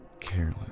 careless